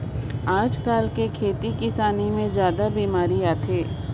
आयज कायल के खेती किसानी मे जादा बिमारी आत हे